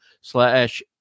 slash